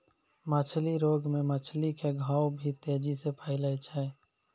मछली रोग मे मछली के घाव भी तेजी से फैलै छै